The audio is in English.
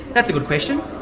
that's a good question.